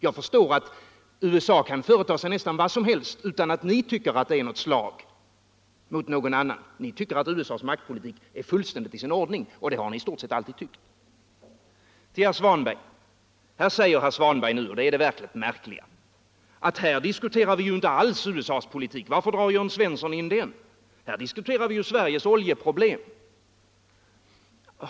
Jag förstår att USA kan företa sig nästan vad som helst utan att ni tycker att det är ett slag mot någon annan. Ni tycker att USA:s maktpolitik är fullständigt i sin ordning, och det har ni i stort sett alltid tyckt. Så några ord till herr Svanberg. Herr Svanberg säger nu — och det är det verkligt märkliga — att här diskuterar vi ju inte alls USA:s politik — varför drar Jörn Svensson in den? Här diskuterar vi ju Sveriges oljeproblem, säger herr Svanberg.